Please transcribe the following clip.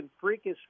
freakish